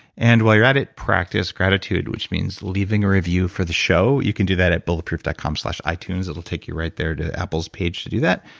and while you're at it, practice gratitude which means leaving a review for the show. you can do that at bulletproof dot com slash itunes. it will take you right there to apple's page to do that.